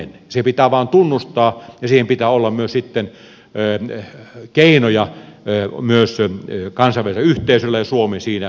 se pitää vain tunnustaa ja siihen pitää olla keinoja myös sitten kansainvälisellä yhteisöllä ja suomella siinä osana